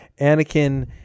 Anakin